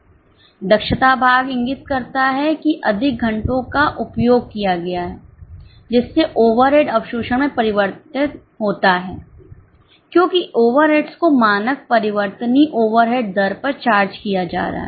दक्षता भाग इंगित करता है कि अधिक घंटों का उपभोग किया गया था जिससे ओवरहेड अवशोषण मे परिवर्तन होता है क्योंकि ओवरहेड्स को मानक परिवर्तनीय ओवरहेड दर पर चार्ज किया जा रहा है